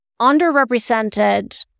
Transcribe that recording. underrepresented